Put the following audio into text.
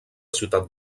ciutat